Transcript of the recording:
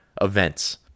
events